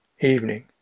Evening